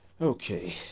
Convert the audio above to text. Okay